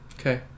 Okay